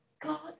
God